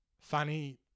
funny